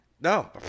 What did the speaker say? No